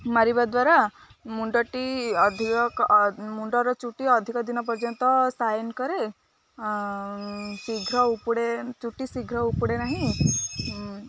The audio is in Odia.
ମାରିବା ଦ୍ୱାରା ମୁଣ୍ଡଟି ଅଧିକ ମୁଣ୍ଡର ଚୁଟି ଅଧିକ ଦିନ ପର୍ଯ୍ୟନ୍ତ ସାଇନ୍ କରେ ଶୀଘ୍ର ଉପୁଡ଼େ ଚୁଟି ଶୀଘ୍ର ଉପୁଡ଼େ ନାହିଁ